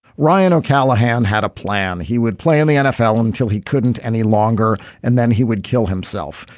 ryan callahan had a plan he would play in the nfl until he couldn't any longer. and then he would kill himself.